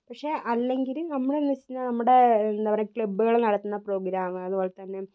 പക്ഷെ അല്ലെങ്കിൽ നമ്മൾ എന്ന് വെച്ച് കഴിഞ്ഞാൽ നമ്മുടെ എന്താ പറയുക ക്ലബ്ബുകൾ നടത്തുന്ന പ്രോഗ്രാം അതുപോലെതന്നെ